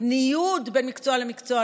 ניוד בין מקצוע למקצוע.